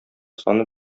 саны